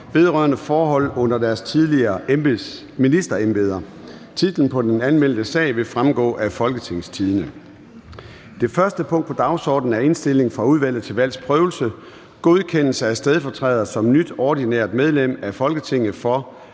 vedrørende forhold under deres tidligere ministerembeder). Titlen på den anmeldte sag vil fremgå af www.folketingstidende.dk (jf. ovenfor). --- Det første punkt på dagsordenen er: 1) Indstilling fra Udvalget til Valgs Prøvelse: Godkendelse af stedfortræder som nyt ordinært medlem af Folketinget for